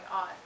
on